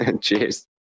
Cheers